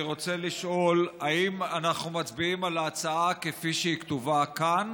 אני רוצה לשאול אם אנחנו מצביעים על ההצעה כפי שהיא כתובה כאן